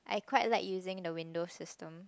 I quite like using the Windows System